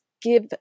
give